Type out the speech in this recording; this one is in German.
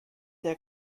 der